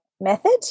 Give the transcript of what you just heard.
method